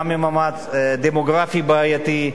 גם ממעמד דמוגרפי בעייתי.